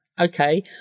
Okay